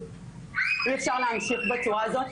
אי אפשר להמשיך בצורה הזאת,